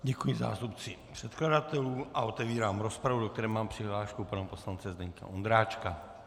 Děkuji zástupci předkladatelů a otevírám rozpravu, do které mám přihlášku pana poslance Zdeňka Ondráčka.